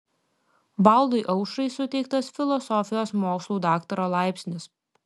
valdui aušrai suteiktas filosofijos mokslų daktaro laipsnis